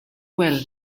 well